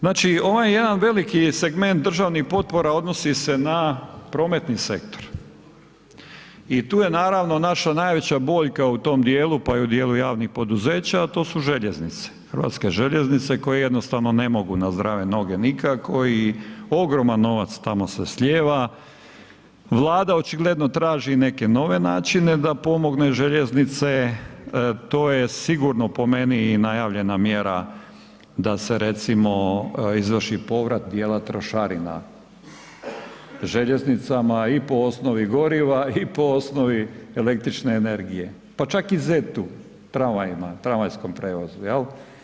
Znači ovaj jedan veliki segment državnih potpora odnosi se na prometni sektor i tu je naravno naša najveća boljka u tom djelu pa i u djelu javnih poduzeća a to su željeznice, Hrvatske željeznice koje jednostavno ne mogu na zdrave noge nikako i ogroman novac tamo se slijeva, Vlada očigledno traži neke nove načine da pomogne željeznice, to je sigurno po meni i najavljena mjera da se recimo izvrši povrat djela trošarina željeznicama i po osnovi goriva i po osnovi električne energije pa čak i ZET-u, tramvajima, tramvajskom prijevozu, jel.